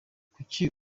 kuri